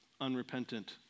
unrepentant